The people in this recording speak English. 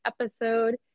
episode